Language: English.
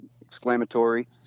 exclamatory